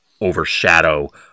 overshadow